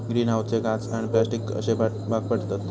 green हाऊसचे काच आणि प्लास्टिक अश्ये भाग पडतत